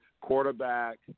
quarterback